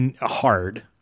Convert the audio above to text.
hard